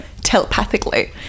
telepathically